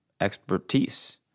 expertise